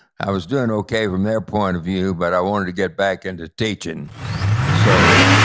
i was doing okay from their point of view but i wanted to get back into teaching so,